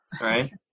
Right